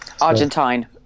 Argentine